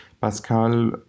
Pascal